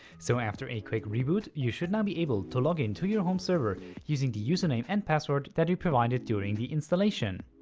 so after a quick reboot you should now be able to log in to your home server using the username and password that you provided during the installation.